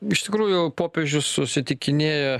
iš tikrųjų popiežius susitikinėja